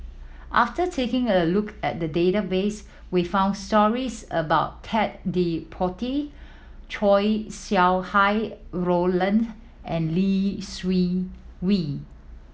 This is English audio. after taking a look at the database we found stories about Ted De Ponti Chow Sau Hai Roland and Lee Seng Wee